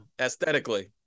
aesthetically